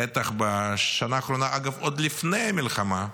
בטח בשנה האחרונה, אגב, עוד לפני המלחמה,